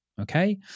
Okay